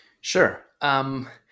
Sure